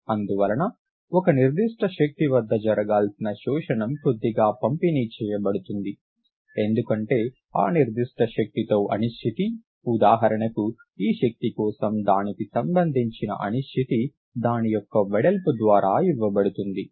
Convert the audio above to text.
అందువల్ల ఒక నిర్దిష్ట శక్తి వద్ద జరగాల్సిన శోషణం కొద్దిగా పంపిణీ చేయబడుతుంది ఎందుకంటే ఆ నిర్దిష్ట శక్తితో అనిశ్చితి ఉదాహరణకు ఈ శక్తి కోసం దానికి సంబంధించిన అనిశ్చితి దాని యొక్క వెడల్పు ద్వారా ఇవ్వబడుతుంది